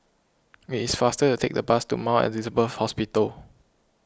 it is faster to take the bus to Mount Elizabeth Hospital